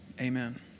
Amen